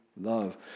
love